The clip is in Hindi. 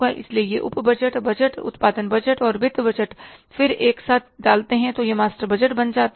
इसलिए ये उप बजट बजट उत्पादन बजट और वित्त बजट फिर से एक साथ डालते हैं तो यह मास्टर बजट बन जाता है